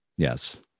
Yes